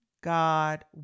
God